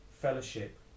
fellowship